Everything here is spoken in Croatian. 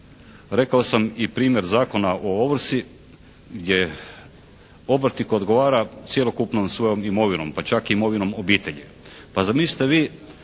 Rekao sam i primjer Zakona o ovrsi gdje obrtnih odgovara cjelokupnom svojom imovinom, pa čak i imovinom obitelji.